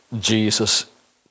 Jesus